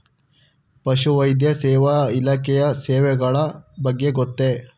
ಪಶುವೈದ್ಯ ಸೇವಾ ಇಲಾಖೆಯ ಸೇವೆಗಳ ಬಗ್ಗೆ ಗೊತ್ತೇ?